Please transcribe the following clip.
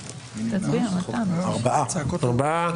ארבעה.